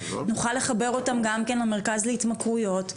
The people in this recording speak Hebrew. נוכל לחבר אותם גם כן למרכז להתמכרויות,